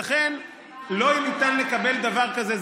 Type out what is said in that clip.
לכן לא ניתן לקבל דבר כזה.